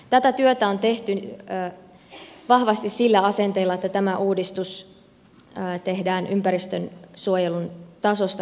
tätä työtä on tehty vahvasti sillä asenteella että tämä uudistus tehdään ympäristönsuojelun tasosta tinkimättä